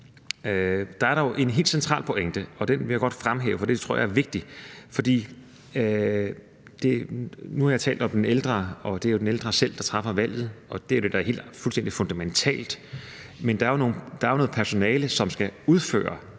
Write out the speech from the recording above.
Der er dog en helt central pointe, som jeg godt vil fremhæve, for den tror jeg er vigtig. Nu har jeg talt om den ældre, og det er jo den ældre selv, der træffer valget – og det er fuldstændig fundamentalt. Men der er jo noget personale, som skal føre